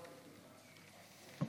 מה